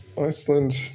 Iceland